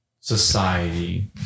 society